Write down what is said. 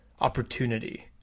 opportunity